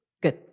Good